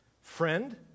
Friend